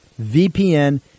VPN